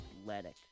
athletic